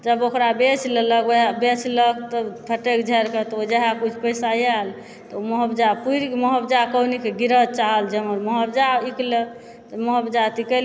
जभ ओकरा बेच लेलक वएह बेचलक तऽ फटैक झाड़िकऽ तऽ ओ जएह किछु पैसा आयल तऽ ओ मोआब्जा पूरि मोआब्जा कोहिनी के गिरहत चाहल जे हमर मोआब्जा निकलै तऽ मोआब्जा निकैल